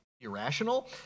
irrational